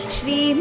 Shri